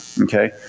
Okay